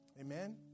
Amen